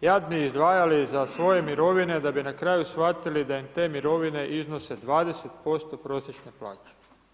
jadni izdvajali za svoje mirovine da bi na kraju shvatili da im te mirovine iznose 20% prosječne plaće.